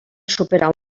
superar